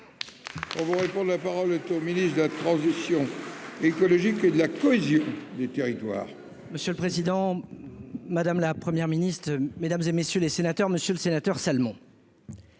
On vous répondre avant le au ministre de la transition écologique et de la cohésion des territoires. Monsieur le président, madame la première ministre, mesdames et messieurs les sénateurs, Monsieur le Sénateur Salmon.